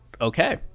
Okay